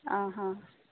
आं हा